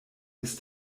ist